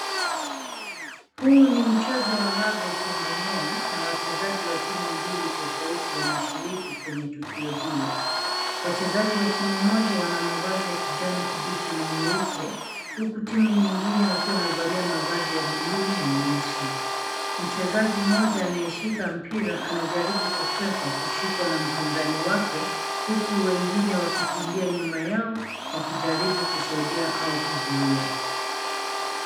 Huu ni mchezo wa raga ukiendelea na wachezaji wa timu mbili tofauti wanashiriki kwenye tukio hilo. Wachezaji wa timu moja wana mavazi ya kijani kibichi na nyeupe huku timu nyingine wakiwa wamevalia mavazi ya buluu na nyeusi. Mchezaji mmoja anayeshika mpira anajaribu kukwepa kushikwa na mpinzani wake huku wengine wakikimbia nyuma yao wakijaribu kusaidia au kuzuia.